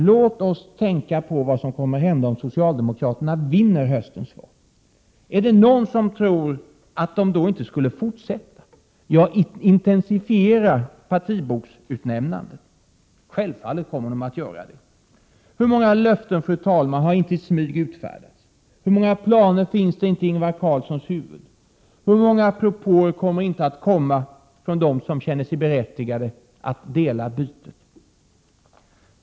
Låt oss tänka oss vad som kommer att hända om socialdemokraterna vinner höstens val. Är det någon som tror att de då inte skulle fortsätta, ja intensifiera partiboksutnämnandet. Självfallet kommer de att göra det. Hur många löften, fru talman, har inte i smyg utfärdats, hur många planer finns det inte i Ingvar Carlssons huvud, hur många propåer kommer inte att komma från dem som känner sig berättigade att dela bytet!